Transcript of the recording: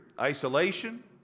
isolation